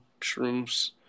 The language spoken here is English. shrooms